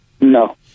No